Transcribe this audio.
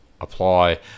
Apply